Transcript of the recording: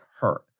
hurt